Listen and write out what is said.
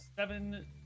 Seven